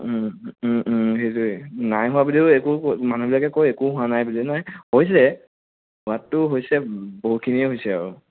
সেইটোৱে নাইহোৱা বুলিও একো মানুহবিলাকে কয় একো হোৱা নাই বুলি হৈছে হোৱাতো হৈছে বহুতখিনিয়ে হৈছে আৰু